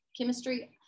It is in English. chemistry